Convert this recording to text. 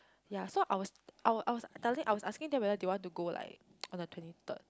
ya so I was I was I was telling I was asking them whether they want to go like on the twenty third